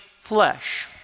flesh